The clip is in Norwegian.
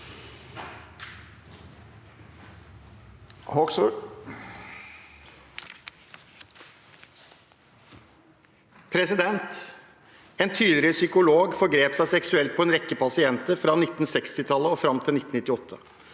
«En tidligere psyko- log forgrep seg seksuelt på en rekke pasienter fra 1960tallet og frem til 1998.